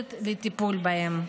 המיועדת לטיפול בהם.